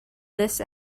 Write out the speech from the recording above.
this